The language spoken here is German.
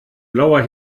blauer